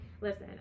listen